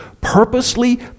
purposely